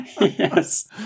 Yes